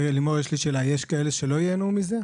יש כאלה שלא ייהנו מזה?